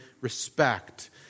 respect